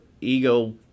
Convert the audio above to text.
ego